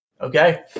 Okay